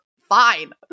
Fine